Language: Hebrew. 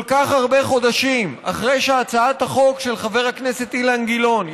כל כך הרבה חודשים אחרי שהצעת החוק של חבר הכנסת אילן גילאון,